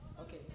Okay